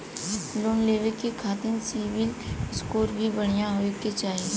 Loan लेवे के खातिन सिविल स्कोर भी बढ़िया होवें के चाही?